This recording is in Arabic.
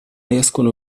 يسكن